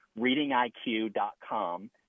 readingiq.com